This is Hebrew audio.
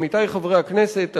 עמיתי חברי הכנסת,